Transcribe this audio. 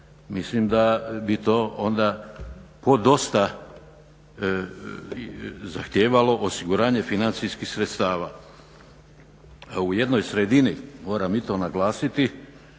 Mislim da bi to bilo onda podosta zahtijevalo osiguranje financijskih sredstava. A u jednoj sredini, moram i to naglasiti